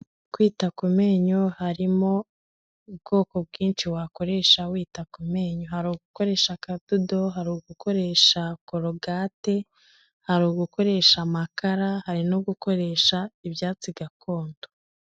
Kwita ku menyo harimo ubwoko bwinshi wakoresha wita ku menyo. Hari ugukoresha akadodo, hari ugukoresha korogate, hari ugukoresha amakara, hari no gukoresha ibyatsi gakondo.